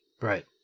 Right